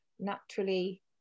naturally